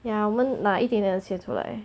ya 我们拿一点点钱出来